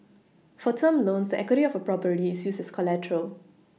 for term loans equity of a property is used as collateral